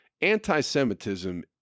Anti-Semitism